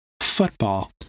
football